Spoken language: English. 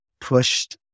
pushed